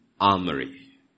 armory